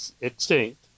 extinct